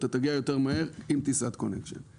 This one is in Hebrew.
הוא יגיע יותר מהר עם טיסה עם עצירת ביניים.